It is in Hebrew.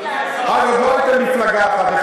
אז עוד לא הייתם מפלגה אחת.